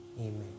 Amen